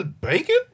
bacon